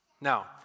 Now